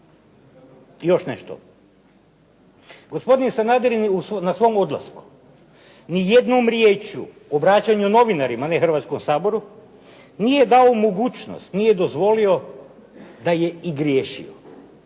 još nešto. Gospodin Sanader je na svom odlaskom ni jednom riječju obraćanju novinarima, ne Hrvatskom saboru, nije dao mogućnost, nije dozvolio da je i griješio,